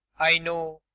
i know.